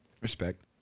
Respect